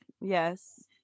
yes